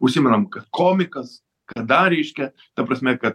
užsimenam kad komikas kad dar reiškia ta prasme kad